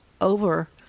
over